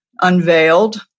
unveiled